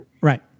right